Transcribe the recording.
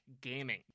gaming